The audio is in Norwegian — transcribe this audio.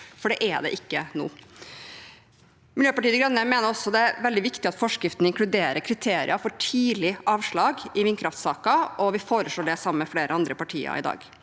for det er det ikke nå. Miljøpartiet De Grønne mener også at det er veldig viktig at forskriften inkluderer kriterier for tidlig avslag i vindkraftsaker, og vi foreslår det sammen med flere andre partier i dag.